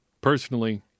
personally